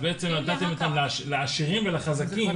בעצם נתתם אותו לעשירים ולחזקים